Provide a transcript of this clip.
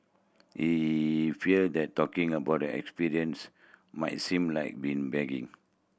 he feared that talking about the experience might seem like been bragging